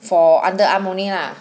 for underarm only lah